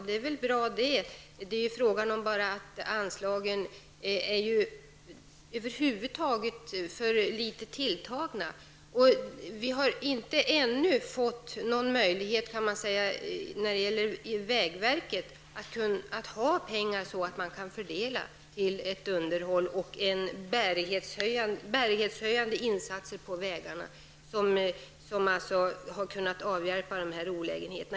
Det är väl bra, men anslagen är ju för snålt tilltagna. Vägverket har ännu inte fått någon möjlighet att ta pengar att fördela till underhåll och bärighetshöjande insatser på vägarna, vilket skulle kunna avhjälpa dessa olägenheter.